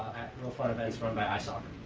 real fun events run by isoc.